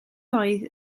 oedd